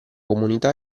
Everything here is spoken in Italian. comunità